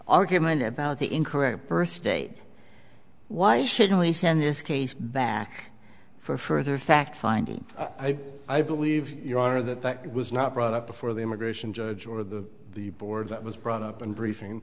argument about the incorrect birth date why should he send this case back for further fact finding i believe your honor that that was not brought up before the immigration judge or the the board that was brought up in briefing